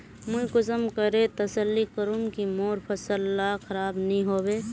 मुई कुंसम करे तसल्ली करूम की मोर फसल ला खराब नी होबे?